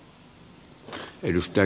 arvoisa puhemies